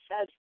says